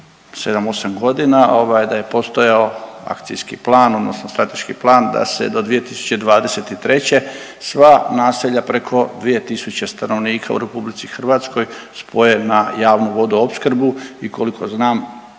7-8 godina ovaj da je postojao akcijski plan odnosno statički plan da se do 2023. sva naselja preko 2.000 stanovnika u RH spoje na javnu vodoopskrbu i koliko znam